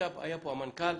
היה פה המנכ"ל.